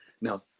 Now